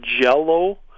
jello